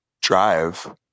drive